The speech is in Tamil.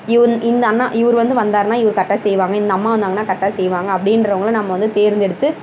ஏன் இந்த அண்ணா இவர் வந்து வந்தாருன்னா இது கரெக்டாக செய்வாங்க இந்த அம்மா வந்தாங்கன்னா கரெக்டாக செய்வாங்க அப்படின்றவங்கள நம்ம வந்து தேர்ந்தெடுத்து